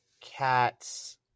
cat's